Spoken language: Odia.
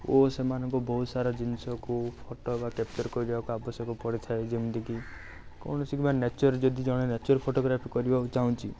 ଓ ସେମାନଙ୍କୁ ବହୁତସାରା ଜିନିଷକୁ ଫଟୋ ବା କ୍ୟାପଚର୍ କରିବାକୁ ଆବଶ୍ୟକ ପଡ଼ିଥାଏ ଯେମିତିକି କୌଣସି ବା ନେଚର୍ ଯଦି ଜଣେ ନେଚର୍ ଫଟୋଗ୍ରାଫି କରିବାକୁ ଚାହୁଁଛି